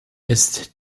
ist